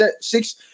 six